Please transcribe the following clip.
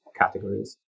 categories